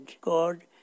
God